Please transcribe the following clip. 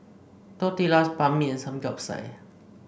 Tortillas Banh Mi and Samgeyopsal